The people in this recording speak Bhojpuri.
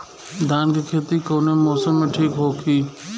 धान के खेती कौना मौसम में ठीक होकी?